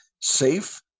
safe